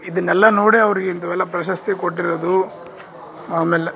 ಇದನ್ನೆಲ್ಲ ನೋಡಿ ಅವರಿಗೆ ಇಂಥವೆಲ್ಲ ಪ್ರಶಸ್ತಿ ಕೊಟ್ಟಿರೋದು ಆಮೇಲೆ